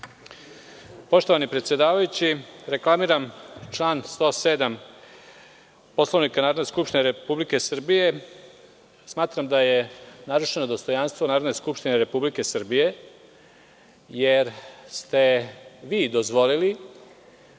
Poštovani predsedavajući, reklamiram povredu člana 107. Poslovnika Narodne skupštine Republike Srbije. Smatram da je narušeno dostojanstvo Narodna skupština Republike Srbije jer ste vi dozvolili